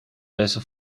deze